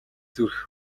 зүрх